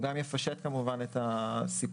הוא גם יפשט כמובן את הסיפור,